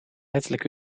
ettelijke